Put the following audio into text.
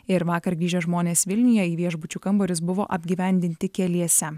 ir vakar grįžę žmonės vilniuje į viešbučių kambarius buvo apgyvendinti keliese